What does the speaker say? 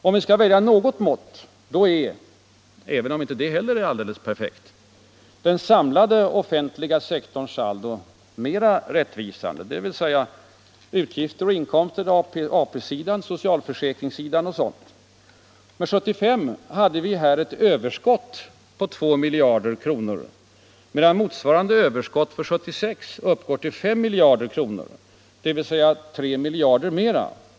Skall vi välja något mått då är — även om inte heller detta är alldeles perfekt — den samlade offentliga sektorns saldo mera rättvisande, dvs. utgifter och inkomster, AP-området, socialförsäkringsområdet och sådant. För 1975 hade vi här ett överskott på 2 miljarder kronor medan motsvarande överskott för 1976 beräknas uppgå till 5 miljarder kronor, dvs. 3 miljarder mera.